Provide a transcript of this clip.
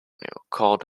called